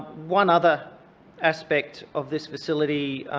one other aspect of this facility